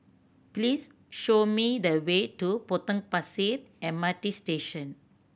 please show me the way to Potong Pasir M R T Station